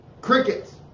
crickets